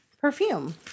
perfume